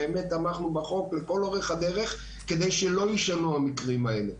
באמת תמכנו בחוק לכל אורך הדרך כדי שלא יישנו המקרים האלה.